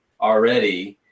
already